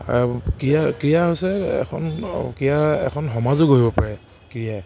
ক্ৰীড়া ক্ৰীড়া হৈছে এখন ক্ৰীড়া এখন সমাজো গঢ়িব পাৰে ক্ৰীড়াই